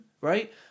right